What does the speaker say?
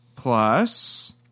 Plus